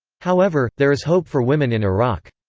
however, there is hope for women in iraq.